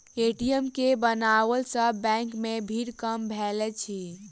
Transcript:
ATM के बनओला सॅ बैंक मे भीड़ कम भेलै अछि